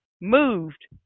moved